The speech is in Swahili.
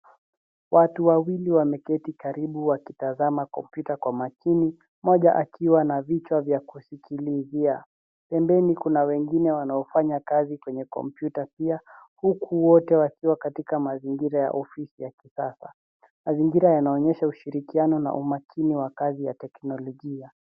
Watu wawili wameketi karibu wakitazama kompyuta kwa makini mmoja akiwa na vitu vya kusikilizia. Pembeni kuna wengine wanao fanya kazi kwenye kompyuta pia huku wote wakiwa kwenye mazingira ya ofisi ya kisasa. Mazingira yanaonyesha ushirikiano na umakini wa kazi ya teknolojia.